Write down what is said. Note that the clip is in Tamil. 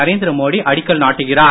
நரேந்திர மோடி அடிக்கல் நாட்டுகிறார்